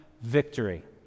victory